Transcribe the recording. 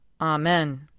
Amen